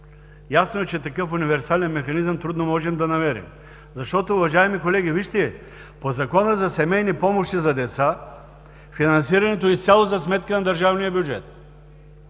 Ясно е, че такъв универсален механизъм трудно можем да намерим, защото, уважаеми колеги, по Закона за семейни помощи за деца финансирането е изцяло за сметка на държавния бюджет.